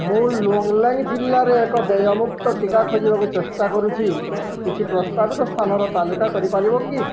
ମୁଁ ଲୋଙ୍ଗ୍ଲେଙ୍ଗ୍ ଜିଲ୍ଲାରେ ଏକ ଦେୟମୁକ୍ତ ଟିକା ଖୋଜିବାକୁ ଚେଷ୍ଟା କରୁଛି କିଛି ପ୍ରସ୍ତାବିତ ସ୍ଥାନର ତାଲିକା କରିପାରିବ କି